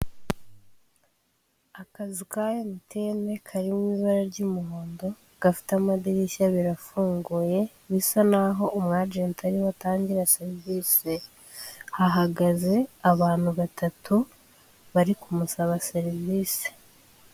Akazu ka MTN kari mu ibara ry'umuhondo, gafite amadirishya abiri afunguye, bisa naho umwajenti ariho atangire serivisi, hahagaze abantu batatu bari kumusaba serivisi.